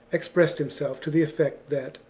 expressed himself to the effect that,